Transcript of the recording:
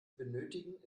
benötigen